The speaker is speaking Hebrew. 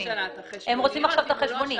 הם רוצים עכשיו את החשבונית.